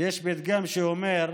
יש פתגם שאומר: